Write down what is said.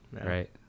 right